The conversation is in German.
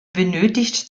benötigt